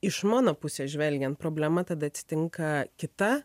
iš mano pusės žvelgiant problema tada atsitinka kita